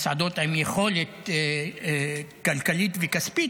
מסעדות עם יכולת כלכלית וכספית,